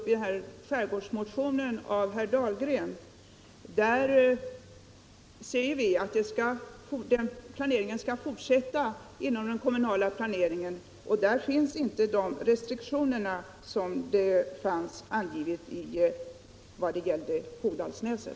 I skärgårdsmotionen av herr Dahlgren m.fl. säger vi bara att den kommunala planeringen skall fortsätta. Där finns inte de restriktioner som angavs i fråga om Hogdalsnäset.